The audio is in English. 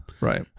Right